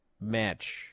match